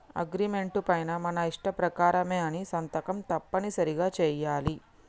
agreement పైన మన ఇష్ట ప్రకారమే అని సంతకం తప్పనిసరిగా చెయ్యాలి